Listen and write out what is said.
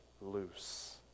loose